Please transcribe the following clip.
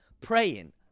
praying